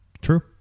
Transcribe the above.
True